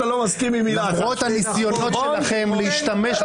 לא בחרו את המנהיג כי למוסדות הליכוד יש יכולת